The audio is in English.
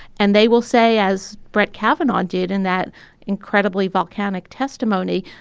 and they will say, as brett kavanaugh did in that incredibly volcanic testimony,